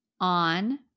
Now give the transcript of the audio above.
On